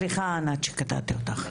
סליחה, ענת, שקטעתי אותך.